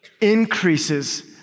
increases